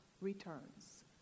returns